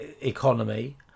economy